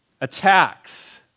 attacks